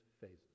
phases